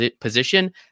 position